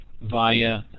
via